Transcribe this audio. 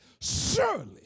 Surely